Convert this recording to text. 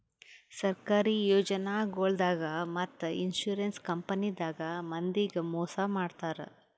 ಸರ್ಕಾರಿ ಯೋಜನಾಗೊಳ್ದಾಗ್ ಮತ್ತ್ ಇನ್ಶೂರೆನ್ಸ್ ಕಂಪನಿದಾಗ್ ಮಂದಿಗ್ ಮೋಸ್ ಮಾಡ್ತರ್